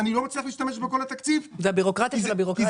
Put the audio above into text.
אני לא מצליח להשתמש בכל התקציב כי זה בלתי אפשרי.